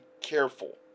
careful